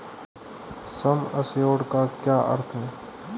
सम assured का क्या अर्थ है?